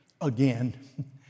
again